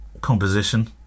composition